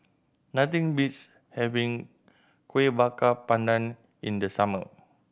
nothing beats having Kueh Bakar Pandan in the summer